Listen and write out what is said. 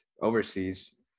overseas